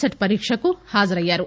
set పరీక్షకు హాజరయ్యారు